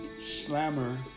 slammer